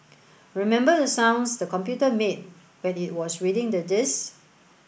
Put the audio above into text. remember the sounds the computer made when it was reading the disks